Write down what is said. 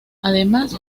además